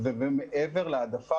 מעבר להעדפה,